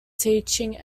teaching